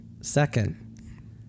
Second